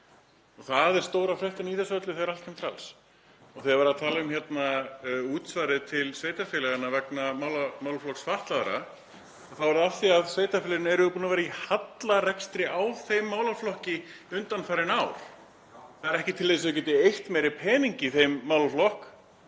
Það er stóra fréttin í þessu öllu þegar allt kemur til alls. Og þegar er verið að tala um útsvarið til sveitarfélaganna vegna málaflokks fatlaðra þá er það af því að sveitarfélögin eru búin að vera í hallarekstri í þeim málaflokki undanfarin ár. Það er ekki til þess að þau geti eytt meiri pening í þeim málaflokki,